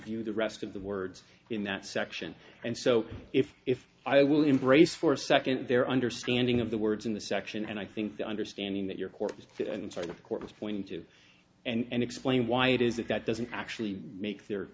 view the rest of the words in that section and so if if i will embrace for a second their understanding of the words in the section and i think the understanding that your corpse and sort of court was pointing to and explain why it is that that doesn't actually make there